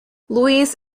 louis